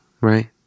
right